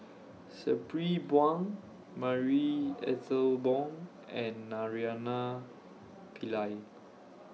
Sabri Buang Marie Ethel Bong and Naraina Pillai